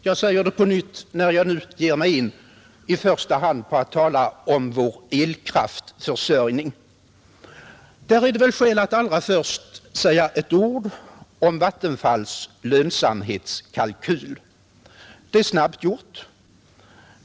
Jag säger det på nytt när jag nu ger mig in på att i första hand tala om vår elkraftförsörjning. Där är det skäl att allra först säga några ord om Vattenfalls lönsamhetskalkyl.